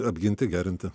apginti gerinti